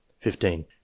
fifteen